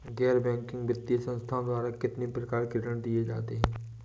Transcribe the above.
गैर बैंकिंग वित्तीय संस्थाओं द्वारा कितनी प्रकार के ऋण दिए जाते हैं?